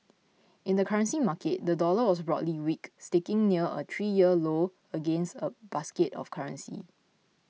in the currency market the dollar was broadly weak sticking near a three year low against a basket of currencies